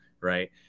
right